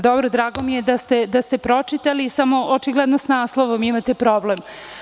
Dobro, drago mi je da ste pročitali, samo očigledno sa naslovom imate problem.